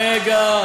רגע,